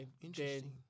interesting